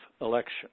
election